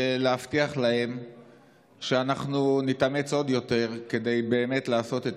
ולהבטיח להן שאנחנו נתאמץ עוד יותר לעשות את